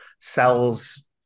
sells